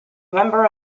member